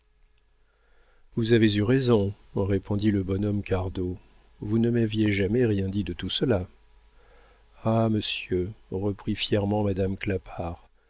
vous avez eu raison répondit le bonhomme cardot vous ne m'aviez jamais rien dit de tout cela ah monsieur reprit fièrement madame clapart